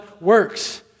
works